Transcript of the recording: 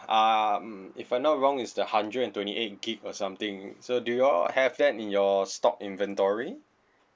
um if I not wrong it's the hundred and twenty eight gig or something so do you all have that in your stock inventory